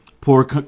poor